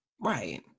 Right